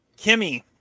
Kimmy